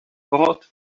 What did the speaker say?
bought